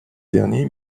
dernier